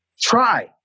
try